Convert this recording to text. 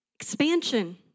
expansion